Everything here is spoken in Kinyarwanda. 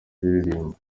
kuyiririmba